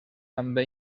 també